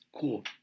cool